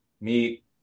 meet